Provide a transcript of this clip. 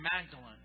Magdalene